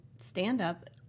stand-up